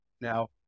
Now